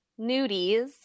nudies